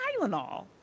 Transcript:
Tylenol